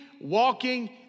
walking